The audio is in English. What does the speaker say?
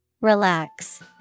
Relax